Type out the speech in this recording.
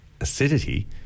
acidity